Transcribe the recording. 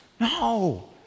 No